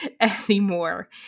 anymore